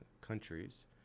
countries